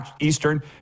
Eastern